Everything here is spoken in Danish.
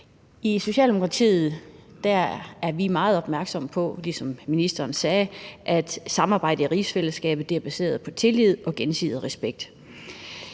I Socialdemokratiet er vi meget opmærksomme på, ligesom ministeren sagde, at samarbejdet i rigsfællesskabet er baseret på tillid og gensidig respekt.